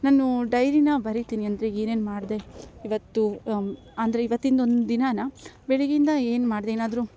ನಾನು ಡೈರಿನ ಬರಿತಿನಿ ಅಂದರೆ ಏನೇನು ಮಾಡಿದೆ ಇವತ್ತು ಅಂದರೆ ಇವತ್ತಿಂದ ಒಂದು ದಿನಾ ಬೆಳಗಿಂದ ಏನು ಮಾಡಿದೆ ಏನಾದರು